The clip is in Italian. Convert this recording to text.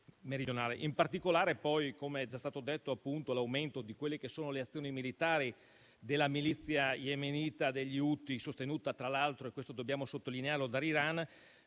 In particolare, poi, come è già stato detto, l'aumento delle azioni militari della milizia yemenita degli Houthi, sostenuta tra l'altro - questo dobbiamo sottolinearlo - dall'Iran,